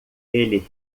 ele